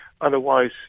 Otherwise